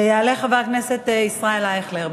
יעלה חבר הכנסת ישראל אייכלר.